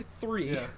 three